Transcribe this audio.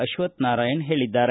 ಅಶ್ವಥ್ನಾರಾಯಣ ಹೇಳಿದ್ದಾರೆ